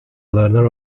learner